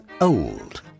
Old